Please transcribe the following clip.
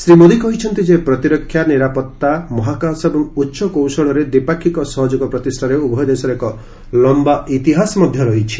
ଶ୍ରୀ ମୋଦି କହିଛନ୍ତି ଯେ ପ୍ରତିରକ୍ଷା ନିରାପତ୍ତା ମହାକାଶ ଏବଂ ଉଚ୍ଚ କୌଶଳରେ ଦ୍ୱିପାକ୍ଷିକ ସହଯୋଗ ପ୍ରତିଷ୍ଠାରେ ଉଭୟ ଦେଶର ଏକ ଲମ୍ବା ଇତିହାସ ରହିଛି